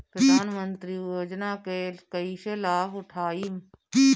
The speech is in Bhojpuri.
प्रधानमंत्री योजना के कईसे लाभ उठाईम?